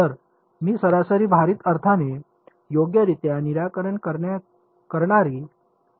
तर मी सरासरी भारित अर्थाने योग्यरित्या निराकरण करणारी पुढील सर्वोत्तम गोष्ट कोणती आहे